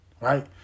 right